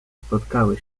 spotkały